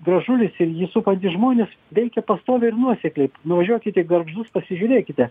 gražulis ir jį supantys žmonės veikia pastoviai ir nuosekliai nuvažiuokit į gargždus pasižiūrėkite